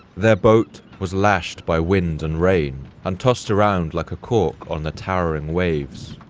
their boat was lashed by wind and rain and tossed around like a cork on the towering waves.